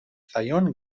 zaion